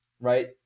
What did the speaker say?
right